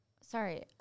sorry